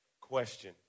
Question